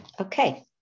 Okay